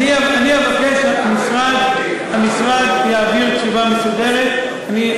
אני אבקש שהמשרד יעביר תשובה מסודרת,